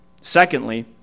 Secondly